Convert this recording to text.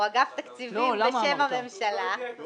או אגף תקציבים בשם הממשלה --- רגע, אתם נגד?